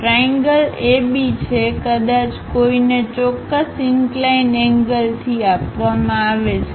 triangle AB છે કદાચ કોઈને ચોક્કસ ઈન્કલાઈન એંગલથી આપવામાં આવે છે